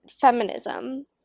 feminism